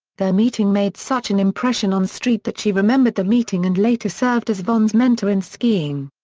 their meeting made such an impression on street that she remembered the meeting and later served as vonn's mentor in skiing.